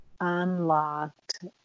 unlocked